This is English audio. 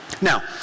Now